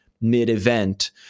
mid-event